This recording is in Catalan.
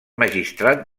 magistrat